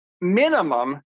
minimum